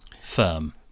firm